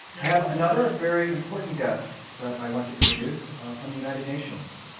have another very important guest that i want to introduce from the united nations,